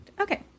Okay